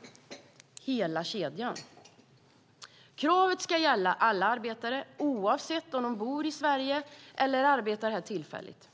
Det gäller hela kedjan. Kravet ska gälla alla arbetare oavsett om de bor i Sverige eller arbetar här tillfälligt.